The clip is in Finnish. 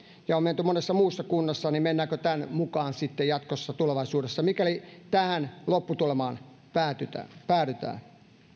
ja on menty monessa muussa kunnassa niin mennäänkö tämän mukaan sitten tulevaisuudessa mikäli tähän lopputulemaan päädytään päädytään